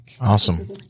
Awesome